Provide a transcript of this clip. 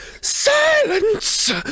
Silence